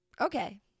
Okay